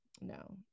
No